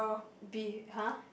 be !huh!